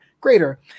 greater